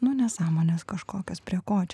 nu nesąmones kažkokias prie ko čia